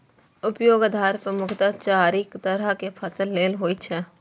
उपयोगक आधार पर मुख्यतः चारि तरहक फसलक खेती होइ छै